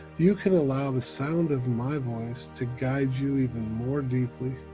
you can allow the sound of my voice to guide you even more deeply,